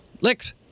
Licks